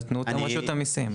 נתנו אותם רשות המיסים.